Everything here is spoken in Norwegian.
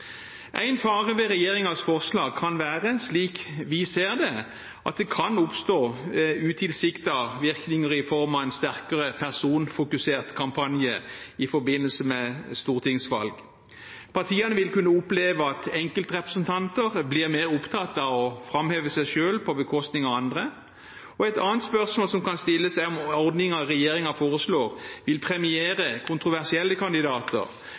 En fare med regjeringens forslag kan slik vi ser det, være at det kan oppstå utilsiktede virkninger i form av en sterkere personfokusert kampanje i forbindelse med stortingsvalg. Partiene vil kunne oppleve at enkeltrepresentanter blir mer opptatt av å framheve seg selv på bekostning av andre. Et annet spørsmål som kan stilles, er om ordningen regjeringen foreslår, vil premiere kontroversielle kandidater,